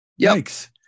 Yikes